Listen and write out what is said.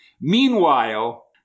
Meanwhile